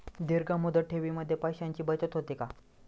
दीर्घ मुदत ठेवीमध्ये पैशांची बचत होते का?